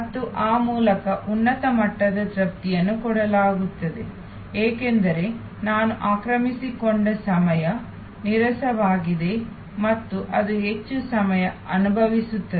ಮತ್ತು ಆ ಮೂಲಕ ಉನ್ನತ ಮಟ್ಟದ ತೃಪ್ತಿಯನ್ನು ಕೊಡಲಾಗುತ್ತಿದೆ ಏಕೆಂದರೆ ನಾನು ಆಕ್ರಮಿಸಿಕೊಂಡ ಸಮಯ ನೀರಸವಾಗಿದೆ ಮತ್ತು ಅದು ಹೆಚ್ಚು ಸಮಯ ಅನುಭವಿಸುತ್ತದೆ